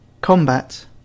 Combat